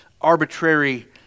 arbitrary